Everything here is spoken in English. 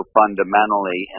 fundamentally